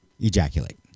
ejaculate